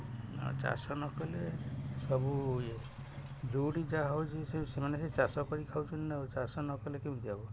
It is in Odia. ଆଉ ଚାଷ ନକଲେ ସବୁ ଇଏ ଯୋଉଠି ଯାହା ହେଉଛି ସେ ସେମାନେ ସେ ଚାଷ କରି ଖାଉଛନ୍ତି ନା ଆଉ ଚାଷ ନକଲେ କେମିତି ହେବ